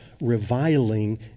reviling